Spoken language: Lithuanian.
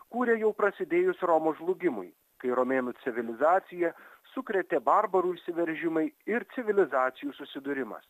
kūrė jau prasidėjus romos žlugimui kai romėnų civilizaciją sukrėtė barbarų įsiveržimai ir civilizacijų susidūrimas